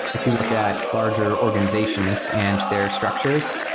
if you look at larger organizations and their structures,